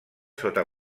sota